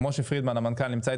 משה פרידמן בבקשה.